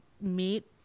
meet